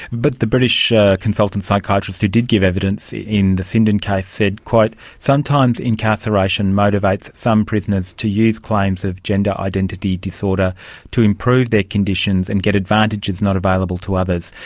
but the british ah consultant psychiatrist who did give evidence in the sinden case said, sometimes sometimes incarceration motivates some prisoners to use claims of gender identity disorder to improve their conditions and get advantages not available to others.